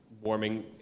warming